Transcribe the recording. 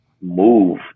move